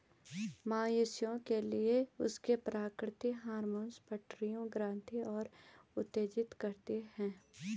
मवेशियों के लिए, उनके प्राकृतिक हार्मोन पिट्यूटरी ग्रंथि को उत्तेजित करते हैं